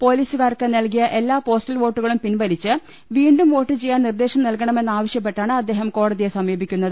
പൊലീസുകാർക്ക് നൽകിയ എല്ലാ പോസ്റ്റൽ വോട്ടുകളും പിൻവലിച്ച് വീണ്ടും വോട്ട് ചെയ്യാൻ നിർദ്ദേശം നൽകണമെന്നാവശ്യപ്പെട്ടാണ് അദ്ദേഹം കോടതിയെ സമീപിക്കുന്നത്